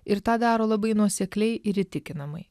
ir tą daro labai nuosekliai ir įtikinamai